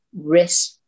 risk